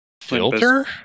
Filter